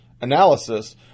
analysis